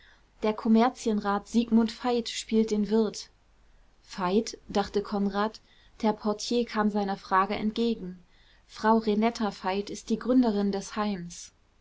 der kommerzienrat siegmund veit spielt den wirt veit dachte konrad der portier kam seiner frage entgegen frau renetta veit ist die gründerin des heims